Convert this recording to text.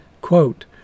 Quote